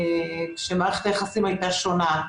כשמערכת היחסים הייתה שונה.